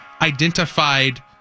identified